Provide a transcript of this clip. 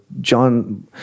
John